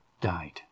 died